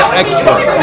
expert